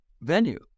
venue